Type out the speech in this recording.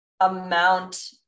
Amount